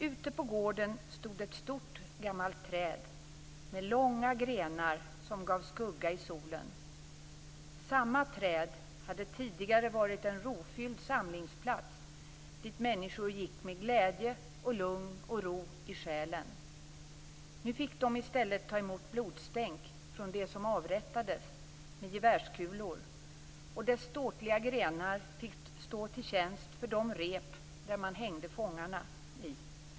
Ute på gården stod ett stort gammalt träd, men långa grenar som gav skugga från solen. Samma träd hade tidigare varit en rofylld samlingsplats dit människor gick med glädje och lugn och ro i själen. Nu fick det istället ta emot blodstänk från de som avrättades med gevärskulor och dess ståtliga grenar fick stå till tjänst för de rep man hängde fångarna i.